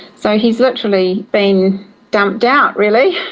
so he has literally been dumped out really.